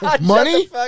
Money